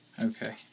Okay